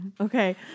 Okay